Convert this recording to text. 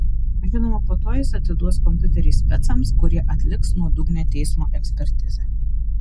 žinoma po to jis atiduos kompiuterį specams kurie atliks nuodugnią teismo ekspertizę